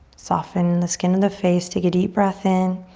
soften the skin of the face. take a deep breath in.